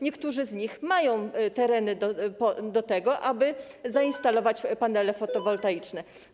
Niektórzy z nich mają tereny, aby zainstalować panele fotowoltaiczne.